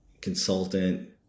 consultant